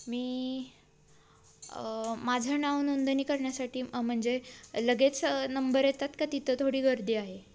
मी माझं नावनोंदणी करण्यासाठी म्हणजे लगेच नंबर येतात का तिथं थोडी गर्दी आहे